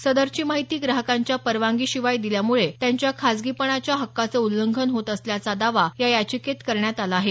सदरची माहिती ग्राहकांच्या परवानगी शिवाय दिल्यामुळे त्यांच्या खासगीपणाच्या हक्काचं उल्लंघन होत असल्याचा दावा या याचिकेत करण्यात आला आहे